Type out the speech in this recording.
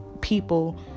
people